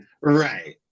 right